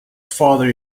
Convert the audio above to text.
father